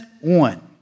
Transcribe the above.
one